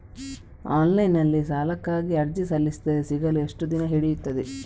Online ನಲ್ಲಿ ಸಾಲಕ್ಕಾಗಿ ಅರ್ಜಿ ಸಲ್ಲಿಸಿದರೆ ಸಿಗಲು ಎಷ್ಟು ದಿನ ಹಿಡಿಯುತ್ತದೆ?